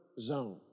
zone